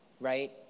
right